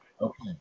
okay